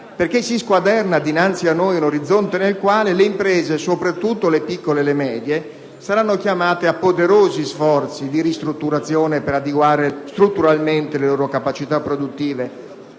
infatti, di fronte a noi un orizzonte nel quale le imprese, soprattutto le piccole e medie, saranno chiamate a poderosi sforzi di ristrutturazione per adeguare strutturalmente le loro capacità produttive